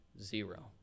Zero